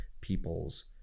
people's